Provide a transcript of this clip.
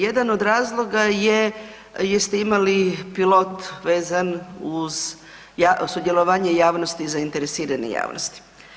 Jedan od razloga je jer ste imali pilot vezan uz sudjelovanje javnosti i zainteresirane javnosti.